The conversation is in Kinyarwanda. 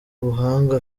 ubuhanga